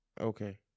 Okay